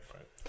Right